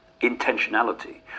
intentionality